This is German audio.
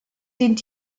dient